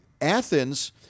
Athens